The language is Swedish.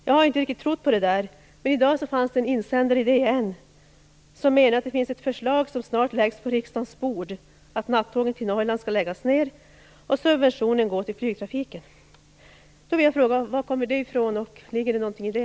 Jag har inte riktigt trott på det där, men i dag fanns en insändare i DN som menade att det finns ett förslag som snart läggs på riksdagens bord om att nattåget till Norrland skall läggas ner och att subventionen skall gå till flygtrafiken. Då vill jag fråga: Var kommer det ifrån, och ligger det något i det?